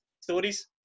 stories